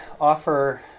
offer